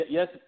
Yes